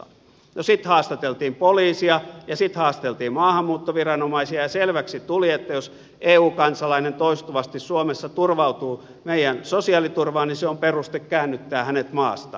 sitten haastateltiin poliisia ja sitten haastateltiin maahanmuuttoviranomaisia ja selväksi tuli että jos eu kansalainen toistuvasti suomessa turvautuu meidän sosiaaliturvaan niin se on peruste käännyttää hänet maasta